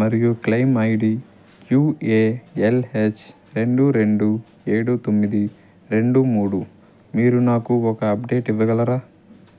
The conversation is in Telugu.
మరియు క్లెయిమ్ ఐడి క్యూఏఎల్హెచ్ రెండు రెండు ఏడు తొమ్మిది రెండు మూడు మీరు నాకు ఒక అప్డేట్ ఇవ్వగలరా